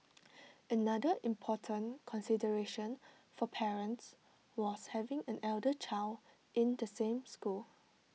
another important consideration for parents was having an elder child in the same school